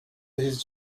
his